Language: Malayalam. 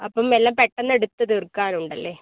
അപ്പം എല്ലാം പെട്ടന്ന് എടുത്ത് തീർക്കാനുണ്ടല്ലേ